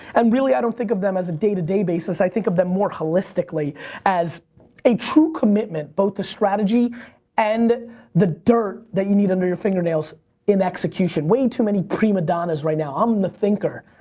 and really i don't think of them as a day to day basis, i think of them more holistically as a true commitment both to strategy and the dirt that you need under your fingernails in execution. way too many primadonnas right now, i'm the thinker.